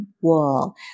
wall